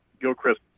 Gilchrist